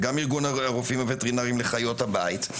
וגם מארגון הרופאים הווטרינרים לחיות הבית.